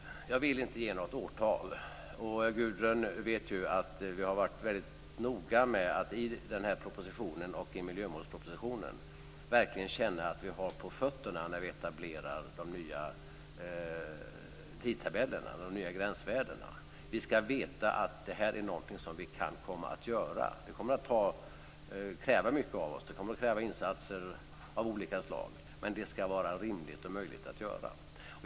Fru talman! Jag vill inte ange något årtal. Gudrun vet att vi har varit väldigt noga med att i den här propositionen och i miljömålspropositionen verkligen känna att vi har på fötterna när vi etablerar de nya tidtabellerna för de nya gränsvärdena. Vi ska veta att det här är någonting som vi kan komma att göra. Det kommer att kräva mycket av oss. Det kommer att kräva insatser av olika slag, men detta ska vara rimligt och möjligt att göra.